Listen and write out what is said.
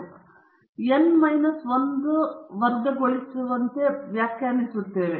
z ಆಲ್ಫಾಕ್ಕೆ ಮೀರಿದ ಸಾಮಾನ್ಯ ವಿತರಣಾ ವಕ್ರಾಕೃತಿಯ ಪ್ರದೇಶವು 2 ರಿಂದ 2 ರವರೆಗಿನ ಮೈನಸ್ z ಆಲ್ಫಾಕ್ಕೆ ಆಲ್ಫಕ್ಕೆ ಸಮಾನವಾಗಿರುತ್ತದೆ